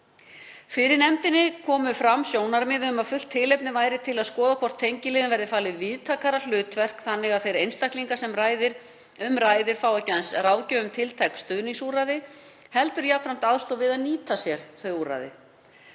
Fyrir nefndinni komu fram sjónarmið um að fullt tilefni væri til að skoða hvort tengiliðnum verði falið víðtækara hlutverk þannig að þeir einstaklingar sem um ræðir fái ekki aðeins ráðgjöf um tiltæk stuðningsúrræði heldur jafnframt aðstoð við að nýta sér þau úrræði.